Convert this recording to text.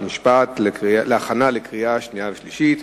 חוק ומשפט לשם הכנתה לקריאה שנייה ולקריאה שלישית.